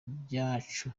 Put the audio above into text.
ibyacu